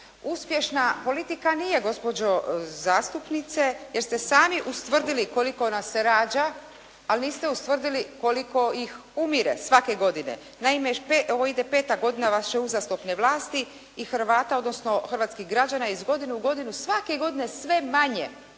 uspješna politika nije, gospođo zastupnice jer ste sami ustvrdili koliko nas se rađa, ali niste ustvrdili koliko ih umire svake godine. Naime, evo ide peta godina vaše uzastopne vlasti i Hrvata, odnosno hrvatskih građana iz godine u godinu svake godine sve manje,